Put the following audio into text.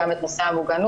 גם את נושא המוגנות,